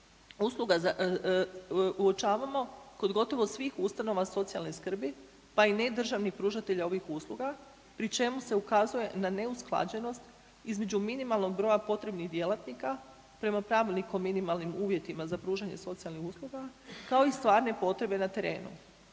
usluga uočavamo kod gotovo svih ustanova socijalne skrbi pa i ne državnih pružatelja ovih usluga pri čemu ukazuje na neusklađenost između minimalnog broja potrebnih djelatnika prema Pravilniku o minimalnim uvjetima za pružanje socijalnih usluga, kao i stvarne potrebe na terenu.